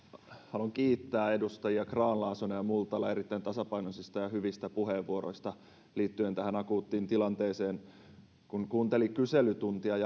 haluan kiittää edustajia grahn laasonen ja multala erittäin tasapainoisista ja hyvistä puheenvuoroista liittyen tähän akuuttiin tilanteeseen kun kuunteli kyselytuntia